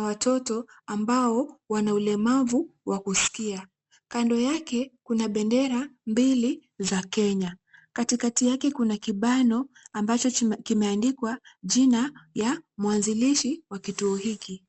watoto wa Kenya wenye ulemavu wa kusikia. Kando yake, kuna bendera mbili za Kenya. Katikati yake kuna kibano ambacho kimeandikwa jina ya mwanzilishi wa kituo hiki.